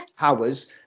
hours